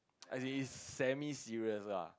as in it's semi serious lah